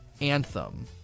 Anthem